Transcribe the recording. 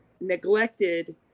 neglected